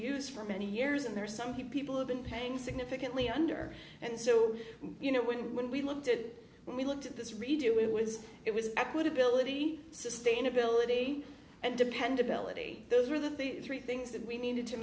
use for many years and there are some people who've been paying significantly under and so you know when we looked at it when we looked at this redo it was it was equitability sustainability and dependability those were the three things that we needed to